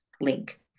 link